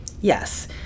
Yes